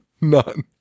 none